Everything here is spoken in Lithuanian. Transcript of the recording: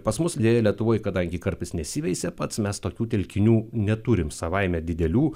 pas mus deja lietuvoj kadangi karpis nesiveisia pats mes tokių telkinių neturim savaime didelių